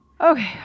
Okay